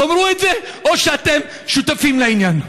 תאמרו את זה, או שאתם שותפים לעניין.